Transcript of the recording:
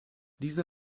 diese